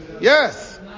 Yes